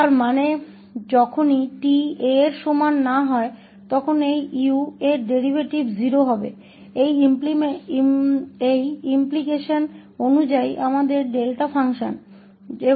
इसका मतलब है कि जब भी t a के बराबर नहीं होता है तो इस 𝑢̂ का डेरीवेटिव इस निहितार्थ के अनुसार 0 होने वाला है जो कि हमारा डेल्टा फ़ंक्शन है